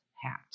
hat